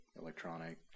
electronic